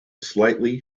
slightly